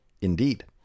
Indeed